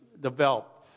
Developed